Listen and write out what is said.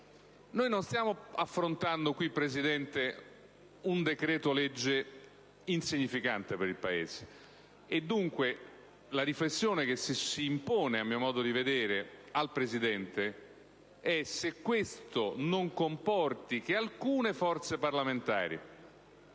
che non stiamo ora affrontando, Presidente, un decreto‑legge insignificante per il Paese. Dunque, la riflessione che si impone a mio modo di vedere al Presidente è se questo non comporti che alcune forze parlamentari,